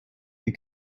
you